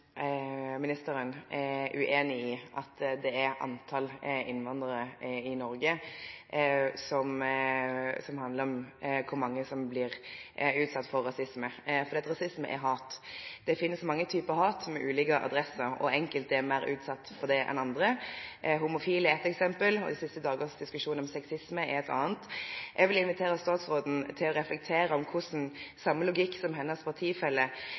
ministeren er uenig i at det er antallet innvandrere i Norge som handler om hvor mange som blir utsatt for rasisme. For rasisme er hat. Det finnes mange typer hat, med ulike adresser, og enkelte er mer utsatt for det enn andre. Homofile er ett eksempel, de siste dagenes diskusjon om sexisme er et annet. Jeg vil invitere statsråden til å reflektere over hvordan samme logikk som hennes